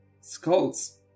skulls